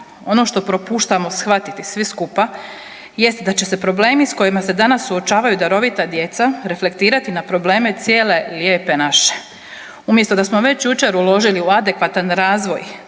Ono što propuštamo shvatiti svi skupa jest da će se problemi s kojima se danas suočavaju darovita djeca reflektirati na probleme cijele lijepe naše. Umjesto da smo već jučer uložili u adekvatan razvoj